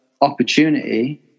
opportunity